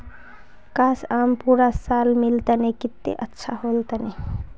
काश, आम पूरा साल मिल तने कत्ते अच्छा होल तने